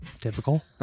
Typical